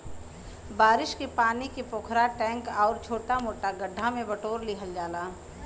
बारिश के पानी के पोखरा, टैंक आउर छोटा मोटा गढ्ढा में बटोर लिहल जाला